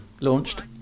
launched